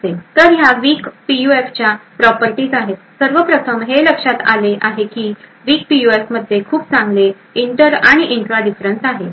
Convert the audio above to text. तर ह्या विक पीयूएफच्या प्रॉपर्टीज आहेत सर्वप्रथम हे लक्षात आले आहे की विक पीयूएफमध्ये खूप चांगले इंटर आणि इंट्रा डिफरन्स आहे